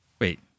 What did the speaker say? Wait